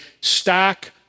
stack